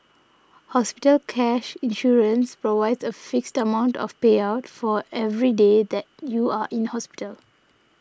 hospital cash insurance provides a fixed amount of payout for every day that you are in hospital